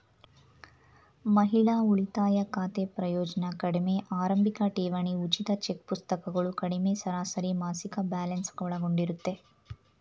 ಮಹಿಳಾ ಉಳಿತಾಯ ಖಾತೆ ಪ್ರಯೋಜ್ನ ಕಡಿಮೆ ಆರಂಭಿಕಠೇವಣಿ ಉಚಿತ ಚೆಕ್ಪುಸ್ತಕಗಳು ಕಡಿಮೆ ಸರಾಸರಿಮಾಸಿಕ ಬ್ಯಾಲೆನ್ಸ್ ಒಳಗೊಂಡಿರುತ್ತೆ